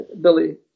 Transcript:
Billy